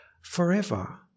forever